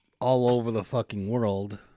all-over-the-fucking-world